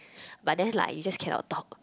but then like you just cannot talk